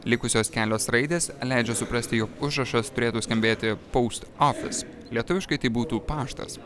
likusios kelios raidės leidžia suprasti jog užrašas turėtų skambėti poust ofis lietuviškai tai būtų paštas